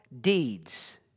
deeds